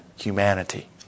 humanity